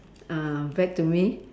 uh back to me